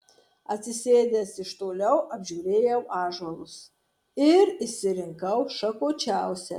atsisėdęs iš toliau apžiūrėjau ąžuolus ir išsirinkau šakočiausią